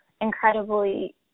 incredibly